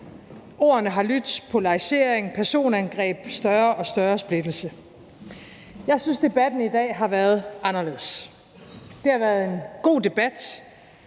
Ordene har lydt: polarisering, personangreb, større og større splittelse. Jeg synes, debatten i dag har været anderledes. Det har været en god debat,